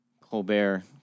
Colbert